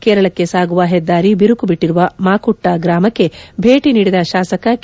ಕೇರಳಕ್ಕೆ ಸಾಗುವ ಹೆದ್ದಾರಿ ಬಿರುಕು ಬಿಟ್ಟಿರುವ ಮಾಕುಟ್ಟಾ ಗ್ರಾಮಕ್ಕೆ ಭೇಟಿ ನೀದಿದ ಶಾಸಕ ಕೆ